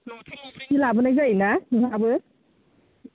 नंथायनिफ्रायसो लाबोनाय जायोना नोंहाबो